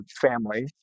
family